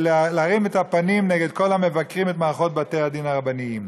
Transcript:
להרים את הפנים נגד כל המבקרים את מערכות בתי הדין הרבניים.